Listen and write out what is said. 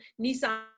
Nissan